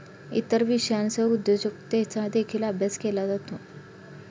इतर विषयांसह उद्योजकतेचा देखील अभ्यास केला जातो